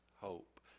hope